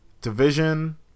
Division